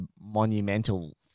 monumental